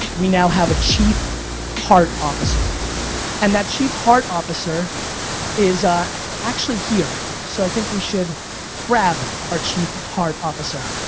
we now have a chief heart officer and that chief heart officer is ah actually here. so i think we should grab our chief heart officer.